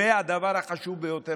והדבר החשוב ביותר,